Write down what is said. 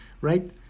Right